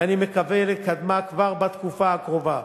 ואני מקווה לקדמה כבר בתקופה הקרובה.